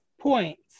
points